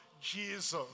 Jesus